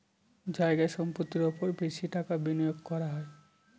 জায়গা সম্পত্তির ওপর বেশি টাকা বিনিয়োগ করা হয়